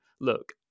Look